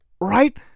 Right